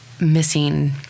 missing